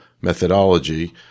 methodology